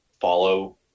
follow